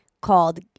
called